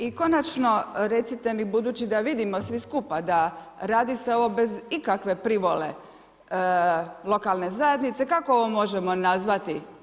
I konačno, recite mi budući da vidimo svi skupa da radi se ovo bez ikakve privole lokalne zajednice, kako ovo možemo nazvati, silovanje?